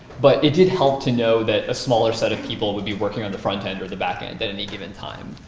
but it did help to know that a smaller set of people would be working on the frontend or the backend at any given time.